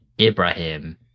Ibrahim